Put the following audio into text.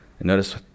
Notice